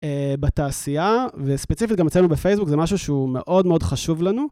בתעשייה, וספציפית גם מצאנו בפייסבוק, זה משהו שהוא מאוד מאוד חשוב לנו.